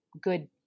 good